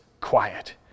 quiet